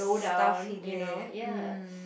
stuff he did mm